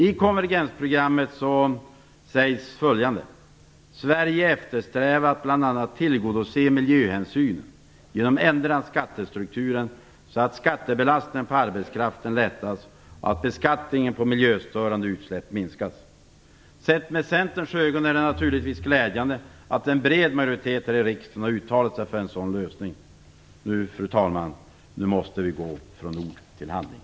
I konvergensprogrammet sägs följande: Sverige eftersträvar att bl.a. tillgodose miljöhänsyn genom ändring av skattestrukturen så att skattebelastningen på arbetskraften lättas och att beskattningen på miljöstörande utsläpp ökar. Sett med Centerns ögon är det naturligtvis glädjande att en bred majoritet här i riksdagen har uttalat sig för en sådan lösning. Nu, fru talman, måste vi gå från ord till handling.